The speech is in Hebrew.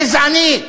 גזענית.